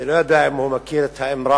אני לא יודע אם הוא מכיר את האמרה,